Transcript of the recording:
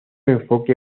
enfoque